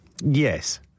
Yes